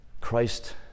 Christ